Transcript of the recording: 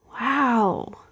Wow